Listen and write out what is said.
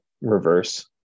reverse